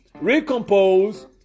recompose